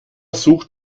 sucht